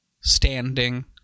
Standing